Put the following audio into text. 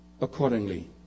accordingly